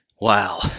Wow